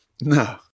No